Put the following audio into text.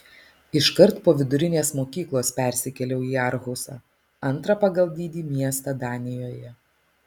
iškart po vidurinės mokyklos persikėliau į arhusą antrą pagal dydį miestą danijoje